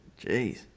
Jeez